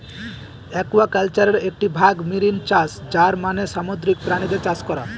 একুয়াকালচারের একটি ভাগ মেরিন চাষ যার মানে সামুদ্রিক প্রাণীদের চাষ করা